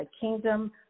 kingdom